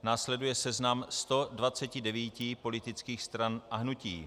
Následuje seznam 129 politických strana hnutí.